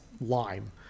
lime